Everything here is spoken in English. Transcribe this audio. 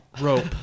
Rope